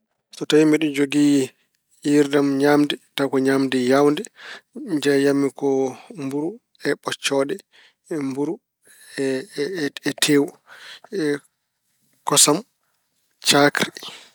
So tawi mbeɗe jogii yeeyirde am ñaamde, tawa ko ñaamde yaawnde. Njeeyan mi ko mburu e ɓoccooɗe, mburu e- e tewu, e kosam, caakri.